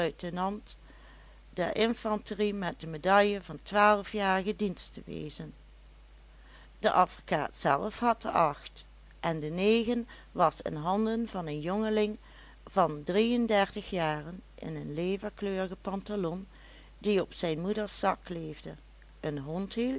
luitenant der infanterie met de medaille van twaalfjarigen dienst te wezen de advocaat zelf had de acht en de negen was in handen van een jongeling van drieëndertig jaren in een leverkleurigen pantalon die op zijn moeders zak leefde een hond